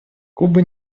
куба